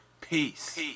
Peace